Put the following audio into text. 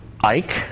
Ike